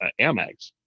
amex